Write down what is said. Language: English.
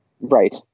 Right